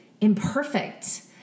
imperfect